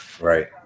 Right